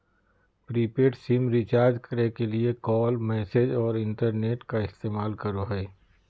prepaid SIM recharge करे के लिए कॉल, मैसेज औरो इंटरनेट का इस्तेमाल करो हइ